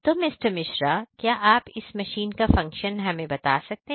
तो मिस्टर मिश्रा क्या आप इस मशीन का फंक्शन हमें बता सकते हैं